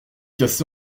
cassé